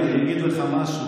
אבי, אני אגיד לך משהו.